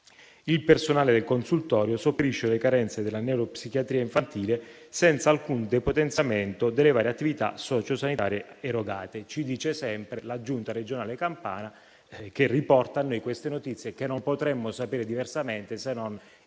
Il personale del consultorio sopperisce alle carenze della neuropsichiatria infantile senza alcun depotenziamento delle varie attività sociosanitarie erogate. Così ci dice sempre la Giunta regionale della Campania, che ci riporta queste notizie, che non potremmo sapere diversamente, se non